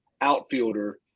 outfielder